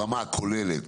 ברמה הכוללת.